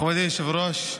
מכובדי היושב-ראש,